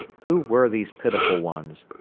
who were these pitiful ones?